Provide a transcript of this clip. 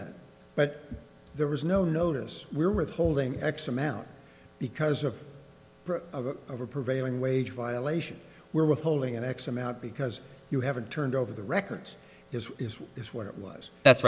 that but there was no notice we're withholding x amount because of a prevailing wage violation where withholding x amount because you haven't turned over the records this is what it was that's